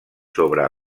sobre